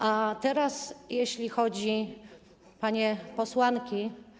A teraz jeśli chodzi... [[Gwar na sali]] Panie Posłanki!